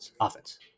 offense